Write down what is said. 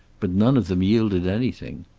but none of them yielded anything.